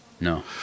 No